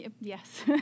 yes